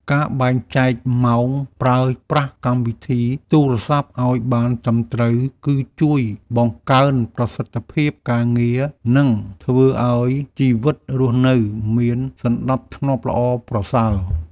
ការបែងចែកម៉ោងប្រើប្រាស់កម្មវិធីទូរសព្ទឱ្យបានត្រឹមត្រូវ គឺ ជួយបង្កើនប្រសិទ្ធភាពការងារ និង ធ្វើឱ្យជីវិតរស់នៅមានសណ្ដាប់ធ្នាប់ល្អប្រសើរ។